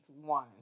One